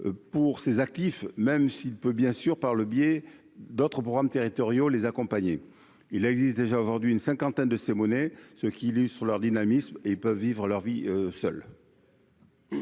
pour ces actifs, même s'il peut bien sûr par le biais d'autres programmes territoriaux, les accompagner, il existe déjà aujourd'hui une cinquantaine de ces monnaies ce qui illustrent leur dynamisme et peuvent vivre leur vie seul.